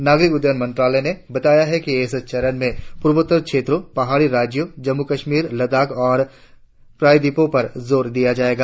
नागरिक उड्डयन मंत्रायल ने बताया कि इस चरण में पूर्वोत्तर क्षेत्रों पाहाड़ी राज्यों जम्मू कश्मीर लद्दाख और प्रायद्वीपों पर जोर दिया जाएगा